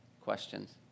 questions